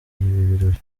birori